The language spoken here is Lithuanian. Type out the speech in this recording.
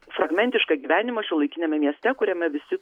fragmentišką gyvenimą šiuolaikiniame mieste kuriame visi